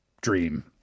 dream